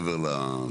לא,